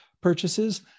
purchases